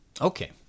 Okay